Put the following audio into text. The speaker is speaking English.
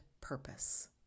Purpose